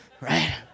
right